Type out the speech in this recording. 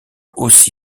aussi